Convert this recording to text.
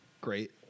great